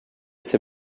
ses